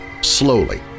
slowly